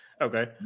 okay